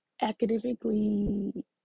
academically